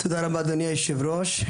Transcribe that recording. תודה רבה, אדוני היושב ראש.